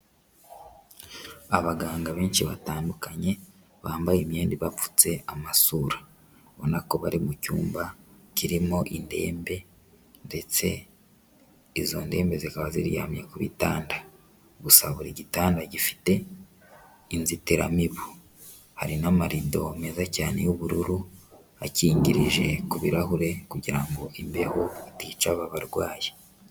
Abaganga benshi batandukanye bambaye imyenda ibapfutse amasura, ubona ko bari mu cyumba kirimo indembe ndetse izo ndembe zikaba ziryamye ku bitanda gusa buri gitanda gifite inzitiramibu, hari n'amarido meza cyane y'ubururu akingirije ku birahure kugira ngo imbeho itica aba barwayi.